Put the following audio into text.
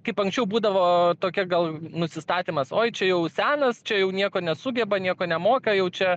kaip anksčiau būdavo tokia gal nusistatymas oi čia jau senas čia jau nieko nesugeba nieko nemoka jau čia